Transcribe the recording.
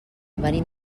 venim